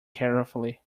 carefully